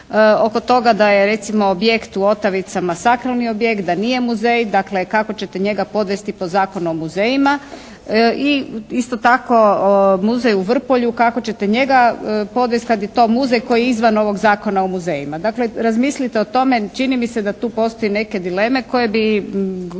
oko toga da je recimo objekt u Otavicama sakralni objekt, da nije muzej. Dakle, kako ćete njega podvesti pod Zakon o muzejima? I isto tako muzej u Vrpolju, kako ćete njega podvesti kad je to muzej koji je izvan ovog Zakona o muzejima. Dakle, razmislite o tome. Čini mi se da tu postoje neke dileme koje bi